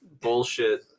bullshit